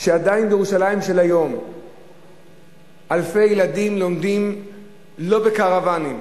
שעדיין בירושלים של היום אלפי ילדים לומדים לא בקרוונים,